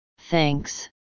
Thanks